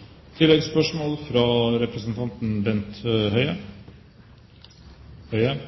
Bent Høie – til oppfølgingsspørsmål.